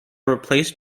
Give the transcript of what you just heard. replaced